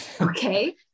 Okay